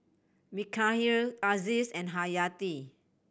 Mikhail Aziz and Haryati